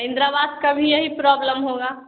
इंदिरा आवास का भी यही प्रॉब्लम होगा